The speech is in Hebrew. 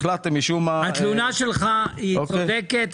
התלונה שלך צודקת.